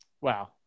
Wow